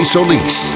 Solis